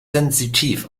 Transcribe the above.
sensitiv